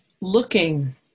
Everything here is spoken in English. looking